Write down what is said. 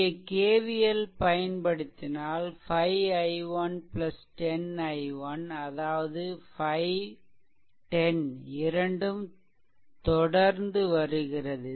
இங்கே KVL பயன்படுத்தினால் 5 i1 10 i1 அதாவது 5 10 இரண்டும் தொடர்ந்து வருகிறது